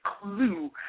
clue